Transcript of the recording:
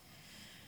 נועה,